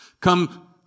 come